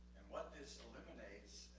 and what this eliminates,